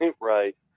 right